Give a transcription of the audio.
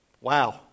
Wow